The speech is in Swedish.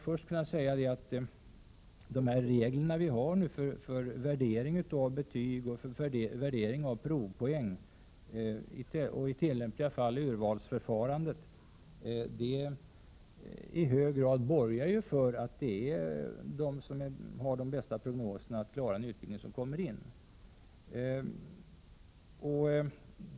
Först kan sägas att de regler vi nu har för värdering av betyg och värdering av högskoleprovet, och i tillämpliga fall urvalsförfarandet, i hög grad borgar för att det är de som har de bästa prognoserna att klara en utbildning som kommer in där.